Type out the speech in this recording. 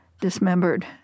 dismembered